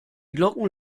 glocken